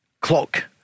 clock